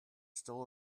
still